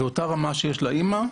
ואותה רמת אלכוהול שיש לאמא,